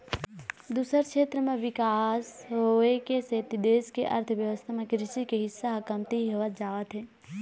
दूसर छेत्र म बिकास होए के सेती देश के अर्थबेवस्था म कृषि के हिस्सा ह कमती होवत जावत हे